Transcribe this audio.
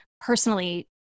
personally